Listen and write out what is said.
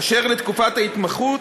אשר לתקופת ההתמחות,